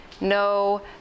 no